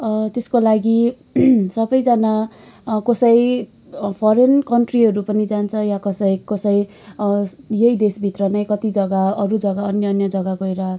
त्यसको लागि सबैजना कसै फरेन कन्ट्रीहरू पनि जान्छ या कसै कसै यही देशभित्र नै कति जग्गा अरू जग्गा अन्य अन्य जग्गा गएर